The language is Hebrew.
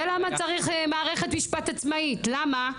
זה למה צריך מערכת משפט עצמאית, למה?